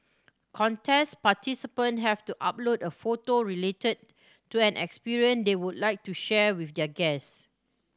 contest participant have to upload a photo related to an they would like to share with their guest